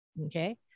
Okay